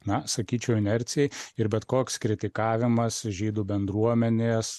na sakyčiau inercijai ir bet koks kritikavimas žydų bendruomenės